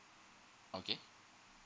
okay